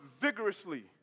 vigorously